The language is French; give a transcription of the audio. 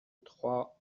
trois